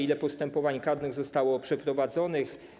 Ile postępowań karnych zostało przeprowadzonych?